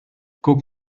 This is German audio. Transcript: guck